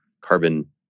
carbon